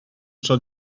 tro